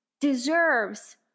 deserves